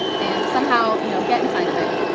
and somehow you know get inside of it,